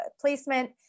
placement